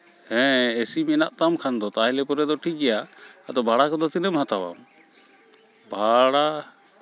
ᱦᱮᱸ A C ᱢᱮᱱᱟᱜ ᱛᱟᱢ ᱠᱷᱟᱱ ᱫᱚ ᱛᱟᱦᱚᱞᱮ ᱯᱚᱨᱮ ᱫᱚ ᱴᱷᱤᱠᱜᱮᱭᱟ ᱟᱫᱚ ᱵᱷᱟᱲᱟ ᱠᱚᱫᱚ ᱛᱤᱱᱟᱹᱜ ᱮᱢ ᱦᱟᱛᱟᱣᱟ ᱵᱷᱟᱲᱟ